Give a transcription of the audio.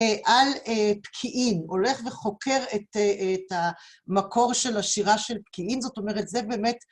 על פקיעין, הולך וחוקר את המקור של השירה של פקיעין, זאת אומרת, זה באמת...